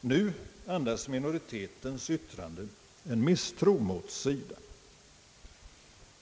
Nu andas minoritetens yttranden en misstro mot SIDA.